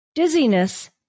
Dizziness